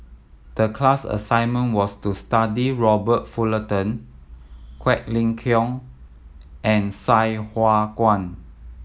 the class assignment was to study Robert Fullerton Quek Ling Kiong and Sai Hua Kuan